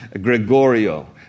Gregorio